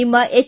ನಿಮ್ಮ ಎಚ್